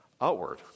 outward